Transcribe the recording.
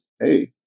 Hey